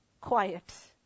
quiet